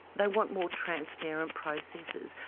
they want more transparent processes.